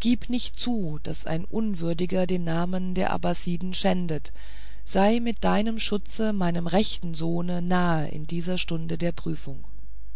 gib nicht zu daß ein unwürdiger den namen der abassiden schände sei mit deinem schutze meinem echten sohne nahe in dieser stunde der prüfung